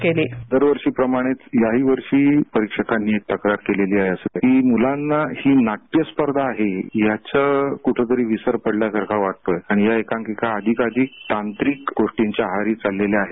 sound bite Thakurdesai दरवर्षीप्रमाणे याहीवर्षी परिक्षकांनी तक्रार केलेली आहे की मुलांना ही नाट्यस्पर्धा आहे याचा कुठेतरी विसर पडल्यासारखा वाटतोय आणि या एकांकिका अधिकाधिक तांत्रिक कृतींच्या आहारी चालल्या आहेत